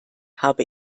habe